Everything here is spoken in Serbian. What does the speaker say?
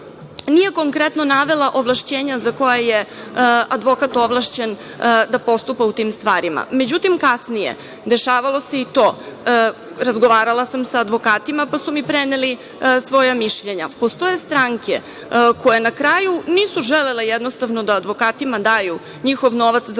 nije konkretno navela ovlašćenja za koja je advokat ovlašćen da postupa u tim stvarima. Međutim, kasnije dešavalo se i to, razgovarala sam sa advokatima, pa su mi preneli svoja mišljenja, postoje stranke koje na kraju nisu želele jednostavno da advokatima daju njihov novac za